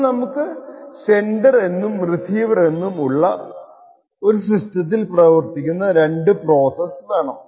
അപ്പോൾ നമുക്ക് സെൻഡർ എന്നും റിസീവർ എന്നും ഉള്ള ഒരു സിസ്റ്റത്തിൽ പ്രവർത്തിക്കുന്ന രണ്ടു പ്രോസസ്സ് വേണം